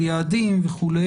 על יעדים וכו',